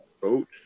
coach